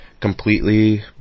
completely